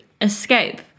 escape